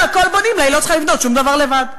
הכול בונים לה, היא לא צריכה לבנות שום דבר לבד.